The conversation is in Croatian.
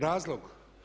Razlog.